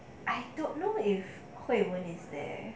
I don't know if hui wen is there